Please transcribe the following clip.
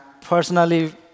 personally